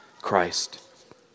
Christ